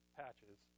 patches